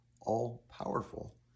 all-powerful